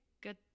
good